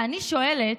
ואני שואלת,